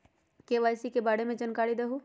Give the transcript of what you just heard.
KYC के बारे में जानकारी दहु?